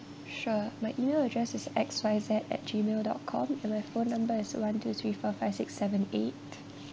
sure my email address is X Y Z at gmail dot com and my phone number is one two three four five six seven eight